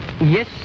Yes